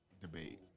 Debate